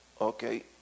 okay